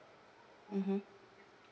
mmhmm